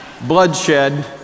bloodshed